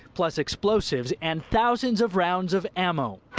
plus explosives and thousands of rounds of ammo.